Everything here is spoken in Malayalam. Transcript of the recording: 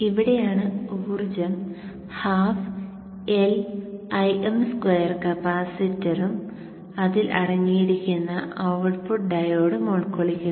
ഇവിടെയാണ് ഊർജ്ജം ½LI2m കപ്പാസിറ്ററും അതിൽ അടങ്ങിയിരിക്കുന്ന ഔട്ട്പുട്ട് ഡയോഡും ഉൾക്കൊള്ളിക്കുന്നു